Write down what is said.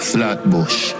Flatbush